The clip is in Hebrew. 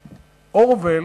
אורוול,